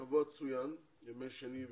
השבוע צוין, בימי שני ושלישי,